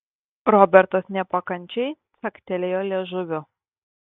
robertas nepakančiai caktelėjo liežuviu